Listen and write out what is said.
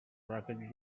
marked